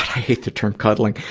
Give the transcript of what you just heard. i hate the term cuddling.